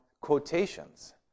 quotations